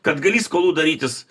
kad gali skolų darytis